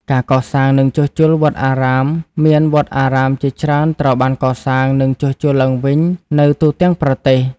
ការកសាង និងជួសជុលវត្តអារាម មានវត្តអារាមជាច្រើនត្រូវបានកសាង និងជួសជុលឡើងវិញនៅទូទាំងប្រទេស។